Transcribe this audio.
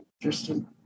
interesting